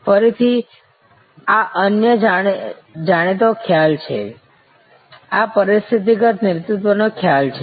ફરીથી આ અન્ય જાણીતો ખ્યાલ છે આ પરિસ્થિતિગત નેતૃત્વનો ખ્યાલ છે